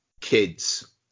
kids